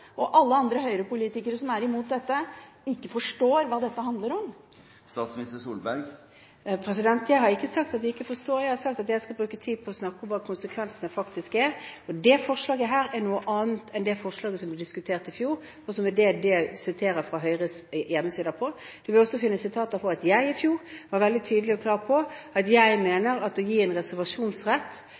og alle andre Høyre-politikere som er imot dette, ikke forstår hva dette handler om? Jeg har ikke sagt at de ikke forstår. Jeg har sagt at jeg skal bruke tid på å snakke om hva konsekvensene faktisk er, og dette forslaget er et annet enn det forslaget som ble diskutert i fjor, og som er det som siteres fra Høyres hjemmesider. En vil også finne sitater på at jeg i fjor var veldig tydelig og klar på at jeg mener at å gi en reservasjonsrett